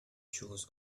chews